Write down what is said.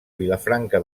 vilafranca